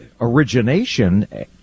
origination